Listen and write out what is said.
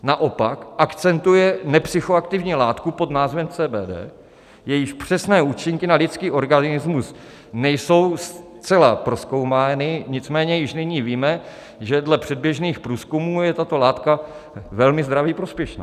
Naopak akcentuje nepsychoaktivní látku pod názvem CBD, jejíž přesné účinky na lidský organismus nejsou zcela prozkoumány, nicméně již nyní víme, že dle předběžných průzkumů je tato látka velmi zdraví prospěšná.